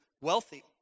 wealthy